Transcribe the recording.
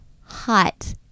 hot